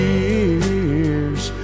years